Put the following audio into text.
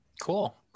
Cool